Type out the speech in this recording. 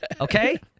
Okay